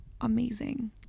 amazing